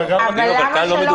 אבל למה שלא בית הנשיא יקבע את זה?